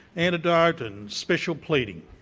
anecdote, and special pleading,